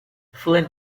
flynn